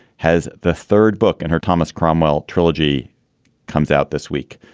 has the third book in her thomas cromwell trilogy comes out this week.